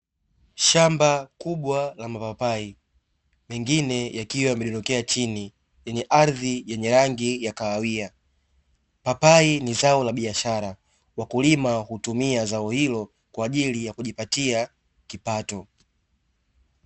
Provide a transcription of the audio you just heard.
Shamba kubwa la mapapai mengine yakiwa yamedondokea chini kwenye ardhi yenye rangi ya kahawia. Papai ni zao la biashara wakulima hutumia zao hilo kwa ajili ya kujioatia kipato.